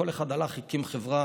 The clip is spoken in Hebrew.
כל אחד הלך, הקים חברה